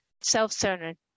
self-centered